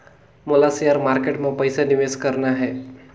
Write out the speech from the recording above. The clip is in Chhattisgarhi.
मोला शेयर मार्केट मां पइसा निवेश करना हे?